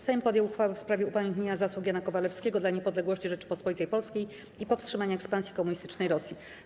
Sejm podjął uchwałę w sprawie upamiętnienia zasług Jana Kowalewskiego dla niepodległości Rzeczypospolitej Polskiej i powstrzymania ekspansji komunistycznej Rosji.